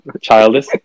childish